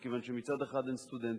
מכיוון שמצד אחד הן סטודנטיות,